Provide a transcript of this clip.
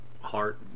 heart